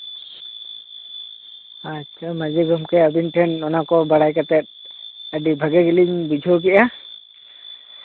ᱟᱪᱪᱷᱟ ᱢᱟᱹᱡᱷᱤ ᱜᱚᱢᱠᱮ ᱚᱱᱟ ᱠᱚ ᱵᱟᱲᱟᱭ ᱠᱟᱛᱮᱜ ᱟᱹᱰᱤ ᱵᱷᱟᱹᱜᱤ ᱜᱮᱞᱤᱧ ᱵᱩᱡᱷᱟᱹᱣ ᱠᱮᱜᱼᱟ